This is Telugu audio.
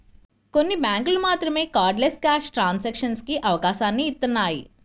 కొన్ని బ్యేంకులు మాత్రమే కార్డ్లెస్ క్యాష్ ట్రాన్సాక్షన్స్ కి అవకాశాన్ని ఇత్తన్నాయి